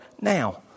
now